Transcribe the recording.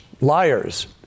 liars